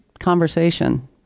conversation